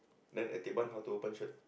then at teban how to open shirt